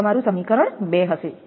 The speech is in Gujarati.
આ તમારું સમીકરણ 2 હશે